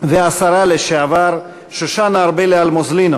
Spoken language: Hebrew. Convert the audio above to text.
והשרה לשעבר שושנה ארבלי אלמוזלינו